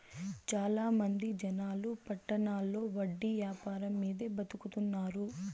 చాలా మంది జనాలు పట్టణాల్లో వడ్డీ యాపారం మీదే బతుకుతున్నారు